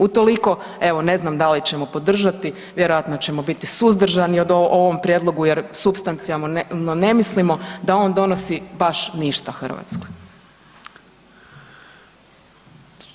Utoliko, evo ne znam da li ćemo podržati, vjerojatno ćemo biti suzdržani o ovom prijedlogu jer supstancijalno ne mislimo da on donosi baš ništa Hrvatskoj.